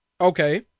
Okay